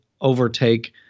overtake